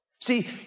See